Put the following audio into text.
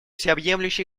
всеобъемлющей